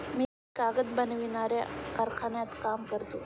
मी कागद बनवणाऱ्या कारखान्यात काम करतो